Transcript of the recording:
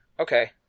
Okay